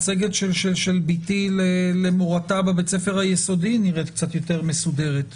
מצגת של בתי למורתה בבית הספר היסודי נראית קצת יותר מסודרת,